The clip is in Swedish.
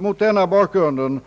Mot denna bakgrund